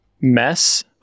mess